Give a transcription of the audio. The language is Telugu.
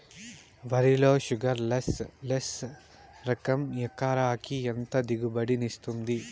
వరి లో షుగర్లెస్ లెస్ రకం ఎకరాకి ఎంత దిగుబడినిస్తుంది